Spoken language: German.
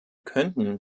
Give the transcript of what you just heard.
könnten